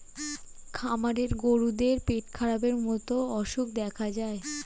খামারের গরুদের পেটখারাপের মতো অসুখ দেখা যায়